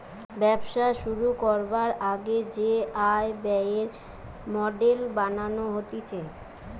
ব্যবসা শুরু করবার আগে যে আয় ব্যয়ের মডেল বানানো হতিছে